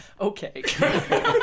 okay